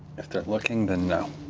if they're looking, then no.